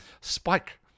Spike